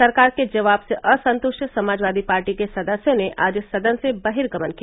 सरकार के जवाब से असंतृष्ट समाजवादी पार्टी के सदस्यों ने आज सदन से बहिर्गमन किया